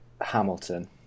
Hamilton